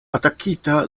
atakita